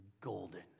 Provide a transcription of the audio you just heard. golden